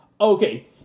Okay